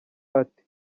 ati